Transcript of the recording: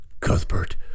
Cuthbert